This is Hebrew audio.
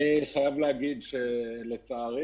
אני חייב להגיד שלצערי,